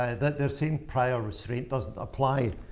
ah they're saying prior restraint doesn't apply.